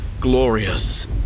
glorious